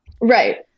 Right